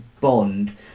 bond